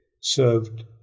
served